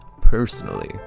personally